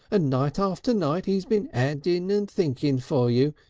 and night after night e's been addin and thinkin' for you,